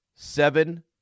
seven